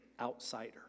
outsider